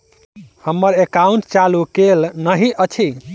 हम्मर एकाउंट चालू केल नहि अछि?